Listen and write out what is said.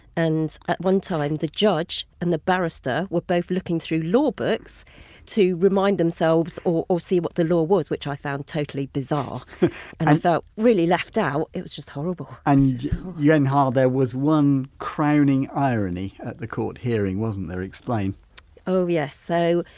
and at one time the judge and the barrister were both looking through law books to remind themselves or see what the law was, which i found totally bizarre and felt really left out, it was just horrible and yuen har, there was one crowning irony at the court hearing wasn't there, explain oh yes, so,